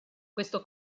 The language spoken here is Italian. questo